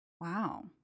Wow